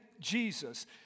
Jesus